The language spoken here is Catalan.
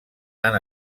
han